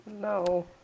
No